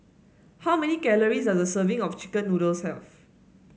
how many calories does a serving of chicken noodles have